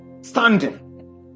standing